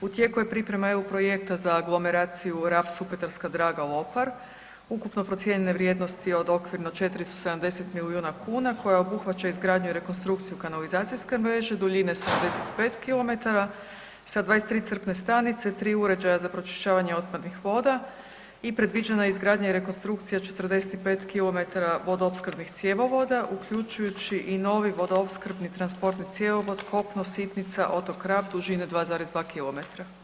U tijeku je priprema EU projekta za aglomeraciju Rab-Supetarska Draga-Lopar, ukupno procijenjene vrijednosti od okvirno 470 milijuna kuna koja obuhvaća izgradnju i rekonstrukciju kanalizacijske mreže duljine 75 kilometara sa 23 crpne stanice, 3 uređaja za pročišćavanje otpadnih voda i predviđena je izgradnja i rekonstrukcija 45 km vodoopskrbnih cjevovoda uključujući i novi vodoopskrbni transportni cjevovod kopno-Sitnica-otok Rab dužine 2,2 km.